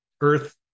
Earth